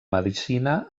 medicina